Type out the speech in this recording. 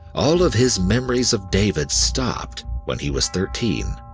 all of his memories of david stopped when he was thirteen.